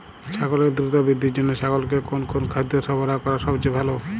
ছাগলের দ্রুত বৃদ্ধির জন্য ছাগলকে কোন কোন খাদ্য সরবরাহ করা সবচেয়ে ভালো?